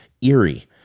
eerie